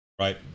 right